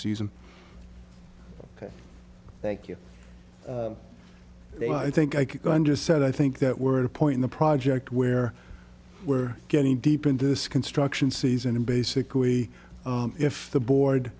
season ok thank you i think i could go on just said i think that we're at a point in the project where we're getting deep into this construction season and basically if the